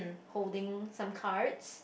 holding some cards